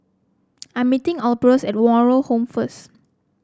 I'm meeting Albertus at Moral Home first